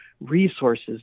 resources